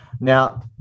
Now